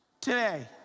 today